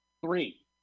Three